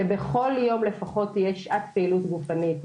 שבכל יום לפחות תהיה שעת פעילות גופנית,